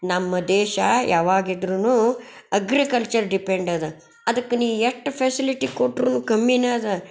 ನಮ್ಮ ದೇಶ ಯಾವಾಗಿದ್ರೂ ಅಗ್ರಿಕಲ್ಚರ್ ಡಿಪೆಂಡ್ ಅದ ಅದಕ್ಕೆ ನೀ ಎಷ್ಟು ಫೆಸಿಲಿಟಿ ಕೊಟ್ಟರೂನು ಕಮ್ಮಿನೆ ಅದು